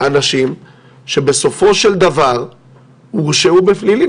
אנשים שבסופו של דבר הורשעו בפלילים,